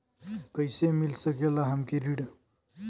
कइसे मिल सकेला हमके ऋण?